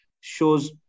shows